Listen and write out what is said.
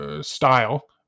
Style